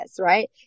right